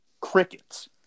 Crickets